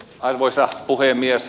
arvoisa puhemies